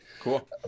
Cool